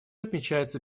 отмечается